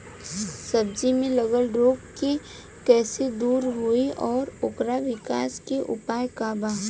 सब्जी में लगल रोग के कइसे दूर होयी और ओकरे विकास के उपाय का बा?